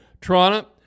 Toronto